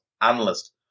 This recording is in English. analyst